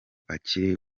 akiri